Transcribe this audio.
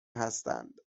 هستند